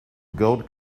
gold